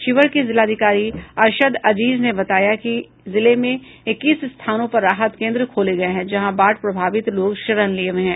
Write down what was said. शिवहर के जिलाधिकारी अरशद अजीज ने बताया है कि जिले में इक्कीस स्थानों पर राहत केंद्र खोले गये हैं जहां बाढ़ प्रभावित लोग शरण लिए हुए हैं